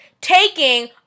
taking